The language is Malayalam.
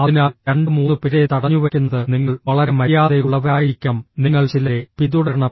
അതിനാൽ രണ്ട് മൂന്ന് പേരെ തടഞ്ഞുവയ്ക്കുന്നത് നിങ്ങൾ വളരെ മര്യാദയുള്ളവരായിരിക്കണം നിങ്ങൾ ചിലരെ പിന്തുടരണം